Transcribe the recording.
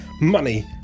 money